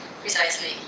Precisely